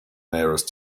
nearest